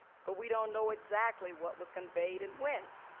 but we don't know exactly what was conveyed and when.